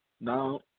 now